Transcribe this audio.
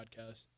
podcast